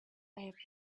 have